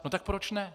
No tak proč ne?